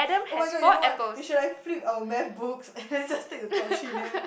oh-my-god you know what we should like flip our MacBooks and then just take a top three name